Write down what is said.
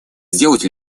сделать